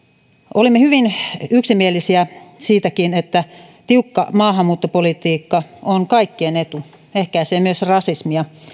olimme hyvin yksimielisiä siitäkin että tiukka maahanmuuttopolitiikka on kaikkien etu ehkäisee myös rasismia